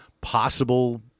possible